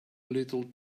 little